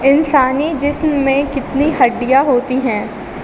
انسانی جسم میں کتنی ہڈیاں ہوتی ہیں